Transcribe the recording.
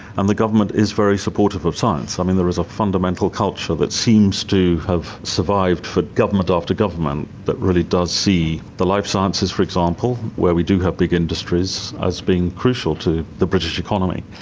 and the government is very supportive of science. um and there is a fundamental culture that seems to have survived for government after government that really does see the life sciences, for example, where we do have big industries, as being crucial to the british economy.